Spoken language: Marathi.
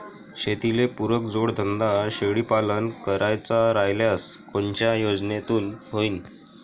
शेतीले पुरक जोडधंदा शेळीपालन करायचा राह्यल्यास कोनच्या योजनेतून होईन?